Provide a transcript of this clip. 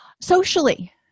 Socially